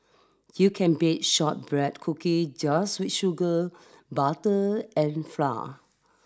you can bake shortbread cookie just with sugar butter and flour